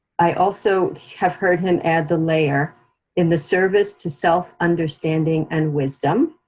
i also have heard him add the layer in the service to self understanding and wisdom,